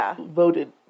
voted